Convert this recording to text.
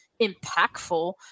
impactful